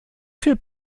viel